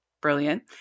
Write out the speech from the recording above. brilliant